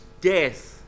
death